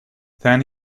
then